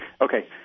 Okay